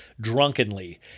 drunkenly